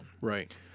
Right